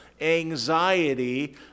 anxiety